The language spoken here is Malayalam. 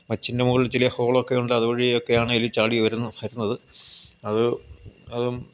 മച്ചിൻ്റെ മുകളിൽ ചില ഹോളൊക്കെ ഉണ്ട് അതുവഴിയൊക്കെയാണ് എലി ചാടിവരുന്നു വരുന്നത് അത് അതും